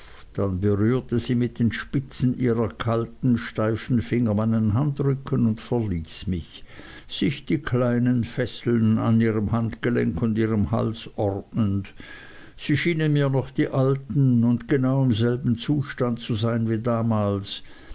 dann berührte sie mit den spitzen ihrer kalten steifen finger meinen handrücken und verließ mich sich die kleinen fesseln an ihrem handgelenk und ihrem hals ordnend sie schienen mir noch die alten und genau im selben zustand zu sein wie damals